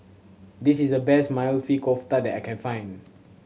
this is the best Maili Kofta that I can find